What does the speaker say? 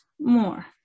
more